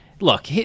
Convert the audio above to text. look